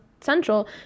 Central